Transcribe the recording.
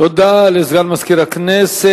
תודה לסגן מזכירת הכנסת.